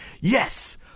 yes